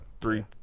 three